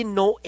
no